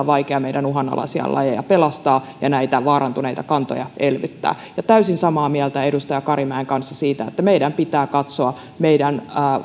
vaikea meidän uhanalaisia lajeja pelastaa ja näitä vaarantuneita kantoja elvyttää ja olen täysin samaa mieltä edustaja karimäen kanssa siitä että meidän pitää katsoa